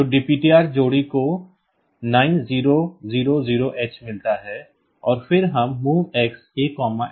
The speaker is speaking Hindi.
तो DPTR जोड़ी को 9000h मिलता है और फिर हम MOVX A DPTR कहते हैं